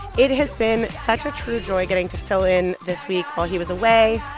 it has been such a true joy getting to fill in this week while he was away.